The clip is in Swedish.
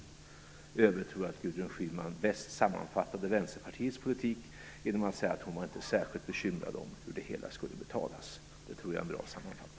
I övrigt tror jag att Gudrun Schyman bäst sammanfattade Vänsterpartiets politik genom att säga att hon inte var särskilt bekymrad över hur det hela skulle betalas. Det tror jag är en bra sammanfattning.